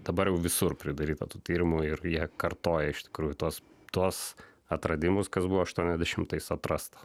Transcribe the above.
dabar jau visur pridaryta tų tyrimų ir jie kartoja iš tikrųjų tuos tuos atradimus kas buvo aštuoniasdešimtais atrasta